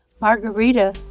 Margarita